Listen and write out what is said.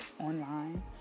online